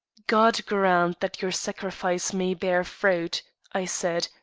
god grant that your sacrifice may bear fruit, i said,